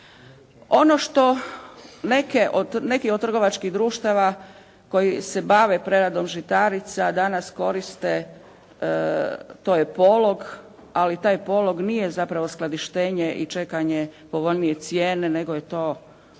Ono što neke, neki od trgovačkih društava koji se bave preradom žitarica danas koriste to je polog ali taj polog nije zapravo skladištenje i čekanje povoljnije cijene nego je to čista